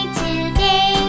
today